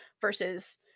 versus